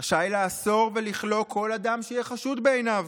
רשאי לאסור ולכלוא כל אדם שיהיה חשוד בעיניו,